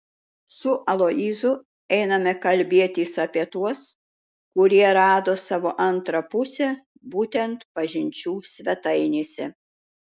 su aloyzu einame kalbėtis apie tuos kurie rado savo antrą pusę būtent pažinčių svetainėse